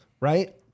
right